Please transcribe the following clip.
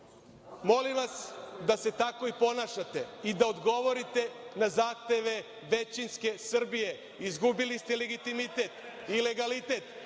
molim vas da se tako i ponašate i da odgovorite na zahteve većinske Srbije, izgubili ste legitimitet i legalitet